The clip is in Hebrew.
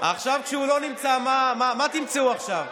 עכשיו כשהוא לא נמצא, מה תמצאו עכשיו?